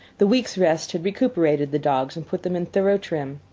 the week's rest had recuperated the dogs and put them in thorough trim.